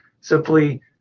simply